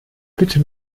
bitte